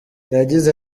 yagize